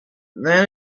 then